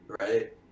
right